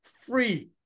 free